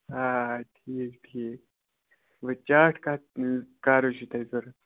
آ ٹھیٖک ٹھیٖک وۅنۍ چارٹ کَتھ کَر حظ چھُو تۄہہِ ضروٗرت